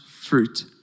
fruit